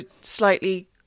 slightly